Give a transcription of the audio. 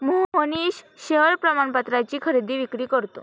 Mohnish share प्रमाणपत्राची खरेदी विक्री करतो